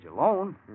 alone